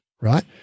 right